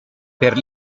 per